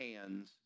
hands